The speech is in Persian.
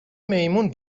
میمون